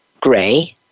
gray